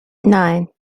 nine